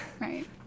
Right